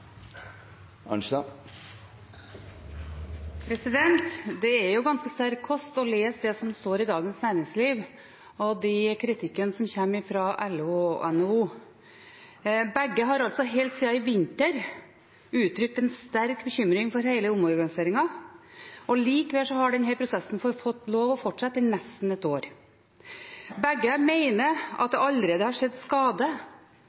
Det er ganske sterk kost å lese det som står i Dagens Næringsliv, og den kritikken som kommer fra LO og NHO. Begge har helt siden i vinter uttrykt en sterk bekymring for hele omorganiseringen, og likevel har denne prosessen fått lov å fortsette i nesten et år. Begge mener at det allerede har skjedd skade